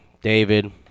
David